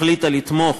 החליטה לתמוך